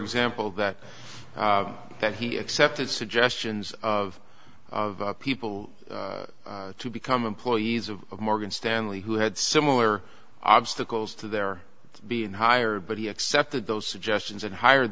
example that that he accepted suggestions of people to become employees of morgan stanley who had similar obstacles to their being hired but he accepted those suggestions and hired